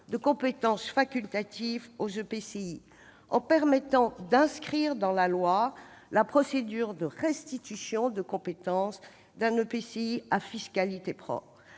de compétences facultatives aux EPCI, en permettant d'inscrire dans la loi la procédure de restitution de compétences d'un EPCI à fiscalité propre.